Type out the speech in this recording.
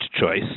choice